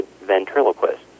ventriloquist